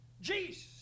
Jesus